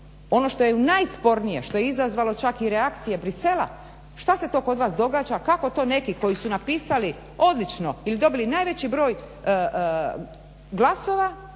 ono što je najspornije, što je izazvalo čak i reakcije Bruxellesa šta se to kod vas događa, kako to neki koji su napisali odlično ili dobili najveći broj glasova